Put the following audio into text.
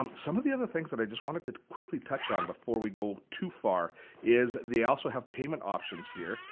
um some of the other things that i just wanted to quickly touch on before we go too far is they also have payment options here.